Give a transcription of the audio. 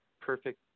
Perfect